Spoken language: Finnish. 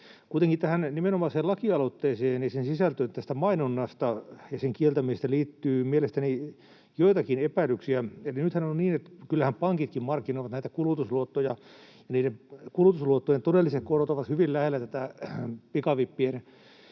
Kuitenkin tähän nimenomaiseen lakialoitteeseen ja sen sisältöön tästä mainonnasta ja sen kieltämisestä liittyy mielestäni joitakin epäilyksiä. Nythän on niin, että kyllähän pankitkin markkinoivat näitä kulutusluottoja, ja niiden kulutusluottojen todelliset korot ovat hyvin lähellä tätä pikavippien